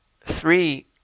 three